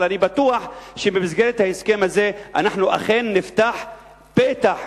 אבל אני בטוח שבמסגרת ההסכם הזה אנחנו אכן נפתח פתח,